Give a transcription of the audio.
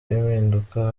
impinduka